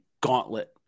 gauntlet